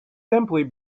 simply